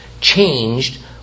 changed